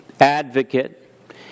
advocate